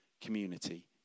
community